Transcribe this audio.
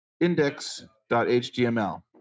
index.html